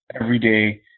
everyday